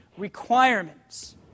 Requirements